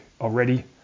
already